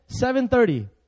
7.30